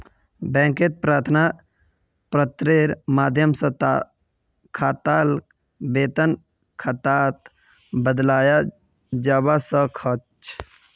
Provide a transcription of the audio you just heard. बैंकत प्रार्थना पत्रेर माध्यम स खाताक वेतन खातात बदलवाया जबा स ख छ